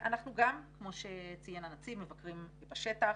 כמו שציין הנציב, אנחנו גם מבקרים בשטח.